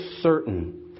certain